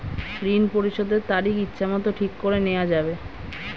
ঋণ পরিশোধের তারিখ ইচ্ছামত ঠিক করে নেওয়া যাবে?